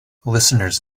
listeners